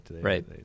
right